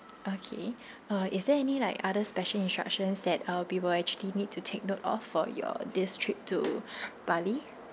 okay uh is there any like other special instructions that our people actually need to take note of for your this trip to bali